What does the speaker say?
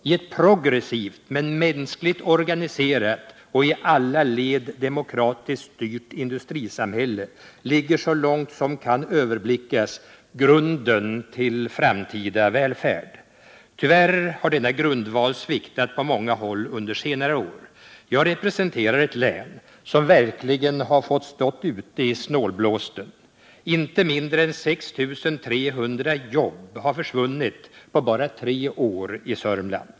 I ett progressivt men mänskligt organiserat och i alla led demokratiskt styrt industrisamhälle ligger så långt som kan överblickas grunden till framtida välfärd. Tyvärr har denna grundval sviktat på många håll under senare år. Jag representerar ett län som verkligen har fått stå ute i snålblåsten. Inte mindre än 6 300 jobb har försvunnit på bara tre år i Sörmland.